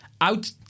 Out